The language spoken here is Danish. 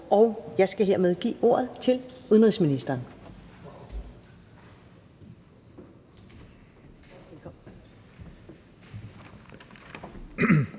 og jeg skal hermed give ordet til udenrigsministeren.